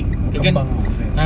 mau kembang tu apa dia